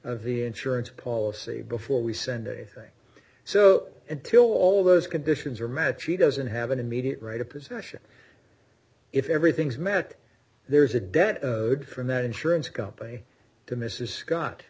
be the insurance policy before we send anything so until all those conditions are met she doesn't have an immediate right of possession if everything's met there's a debt from that insurance company to mr scott